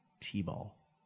t-ball